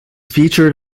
featured